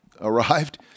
arrived